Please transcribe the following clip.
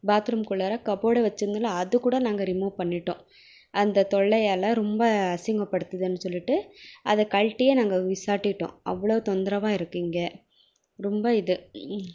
பாத்ரூம்க்குள்ளாற கபோடை வச்சிருந்தோம்ல அது கூட நாங்கள் ரிமூ பண்ணிட்டோம் அந்த தொல்லையால் ரொம்ப அசிங்க படுத்துதுன்னு சொல்லிட்டு அதை கழட்டியே நாங்கள் விசாடிட்டோம் அவ்வளோ தொந்தரவாக இருக்குது இங்கே ரொம்ப இது